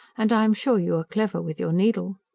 and i am sure you are clever with your needle.